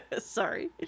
Sorry